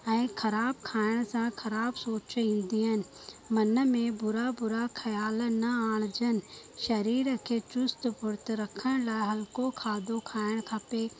ऐं ख़राब खाइण सां ख़राब सोच ईंदी आहिनि मन में बुरा बुरा ख़्याल न आणजन शरीर खे चुस्त फुर्त रखण लाइ हलिको खाधो खाइणु खपे